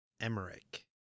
Emmerich